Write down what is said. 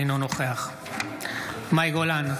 אינו נוכח מאי גולן,